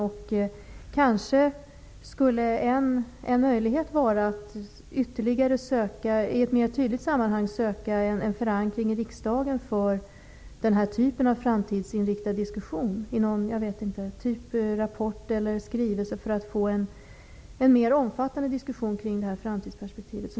En möjlighet skulle kanske vara att ytterligare, i ett mer tydligt sammanhang, söka en förankring i riksdagen för den här typen av framtidsinriktad diskussion genom en rapport eller skrivelse. På det viset skulle vi få en mer omfattande diskussion kring framtidsperspektivet.